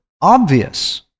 obvious